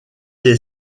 est